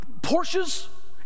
Porsches